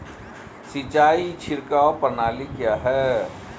सिंचाई छिड़काव प्रणाली क्या है?